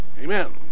Amen